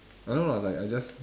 I know lah like I just